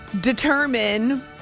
determine